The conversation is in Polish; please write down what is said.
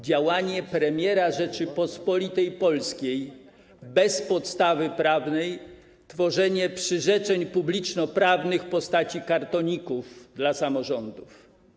Działanie premiera Rzeczypospolitej Polskiej bez podstawy prawnej, tworzenie przyrzeczeń publicznoprawnych w postaci kartoników dla samorządów.